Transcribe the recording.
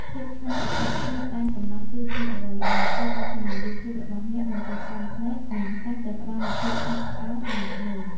ភាពច្នៃប្រឌិតគ្មានដែនកំណត់ គឺជាអ្វីដែលធ្វើឱ្យឆានែលយូធូប របស់អ្នកមិនចេះស៊ាំភ្នែក និងតែងតែផ្តល់នូវភាពភ្ញាក់ផ្អើលដល់អ្នកមើល។